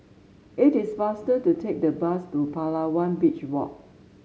it is faster to take the bus to Palawan Beach Walk